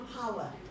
power